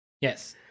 Yes